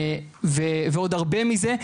ועוד הרבה מזה.